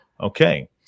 Okay